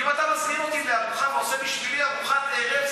אם אתה מזמין אותי לארוחה ועושה בשבילי ארוחת ערב,